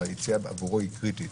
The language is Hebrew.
והיציאה בעבורו היא קריטית.